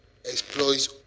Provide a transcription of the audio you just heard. exploits